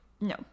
No